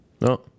no